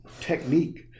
technique